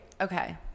okay